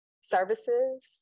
services